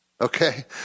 Okay